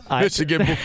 Michigan